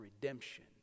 redemption